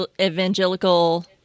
evangelical